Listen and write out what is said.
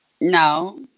no